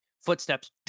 footsteps